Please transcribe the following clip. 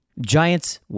Giants